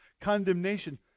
condemnation